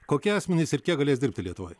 kokie asmenys ir kiek galės dirbti lietuvoj